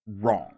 wrong